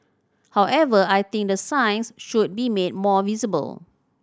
however I think the signs should be made more visible